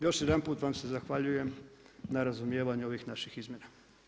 Još jedanput vam se zahvaljujem na razumijevanju ovih naših izmjena.